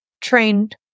trained